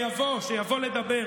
שיבוא, שיבוא לדבר.